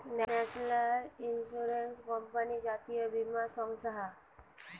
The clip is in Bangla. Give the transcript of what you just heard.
ন্যাশনাল ইন্সুরেন্স কোম্পানি জাতীয় বীমা সংস্থা